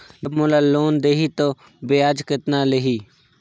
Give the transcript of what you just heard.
जब मोला लोन देही तो ब्याज कतना लेही?